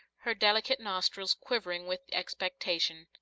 her delicate nostrils quivering with expectation,